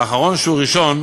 ואחרון שהוא ראשון,